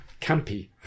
campy